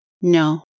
No